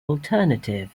alternative